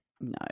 No